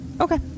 Okay